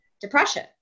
depression